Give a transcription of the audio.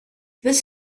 this